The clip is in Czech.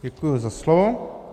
Děkuji za slovo.